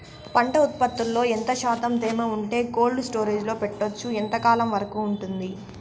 పంట ఉత్పత్తులలో ఎంత శాతం తేమ ఉంటే కోల్డ్ స్టోరేజ్ లో పెట్టొచ్చు? ఎంతకాలం వరకు ఉంటుంది